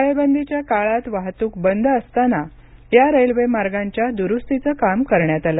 टाळेबंदीच्या काळात वाहतूक बंद असताना या रेल्वेमार्गांच्या दुरुस्तीचं काम करण्यात आलं